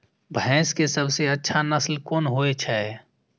भैंस के सबसे अच्छा नस्ल कोन होय छे?